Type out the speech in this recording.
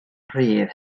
rhydd